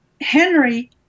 Henry